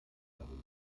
erhoben